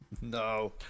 No